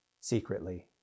Secretly